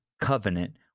covenant